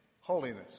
holiness